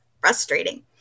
frustrating